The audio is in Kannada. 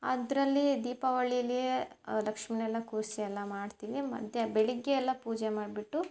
ಅದರಲ್ಲಿ ದೀಪಾವಳಿಯಲ್ಲಿ ಲಕ್ಷ್ಮೀನೆಲ್ಲ ಕೂರಿಸಿ ಎಲ್ಲ ಮಾಡ್ತೀವಿ ಮತ್ತು ಬೆಳಿಗ್ಗೆ ಎಲ್ಲ ಪೂಜೆ ಮಾಡಿಬಿಟ್ಟು